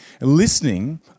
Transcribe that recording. Listening